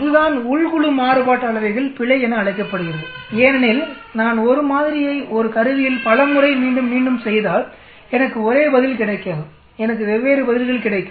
இதுதான் உள் குழு மாறுபாட்டு அளவைகள் பிழை என அழைக்கப்படுகிறது ஏனெனில் நான் ஒரு மாதிரியை ஒரு கருவியில் பல முறை மீண்டும் மீண்டும் செய்தால் எனக்கு ஒரே பதில் கிடைக்காது எனக்கு வெவ்வேறு பதில்கள் கிடைக்கும்